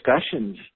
discussions